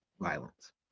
violence